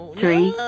three